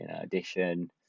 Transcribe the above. addition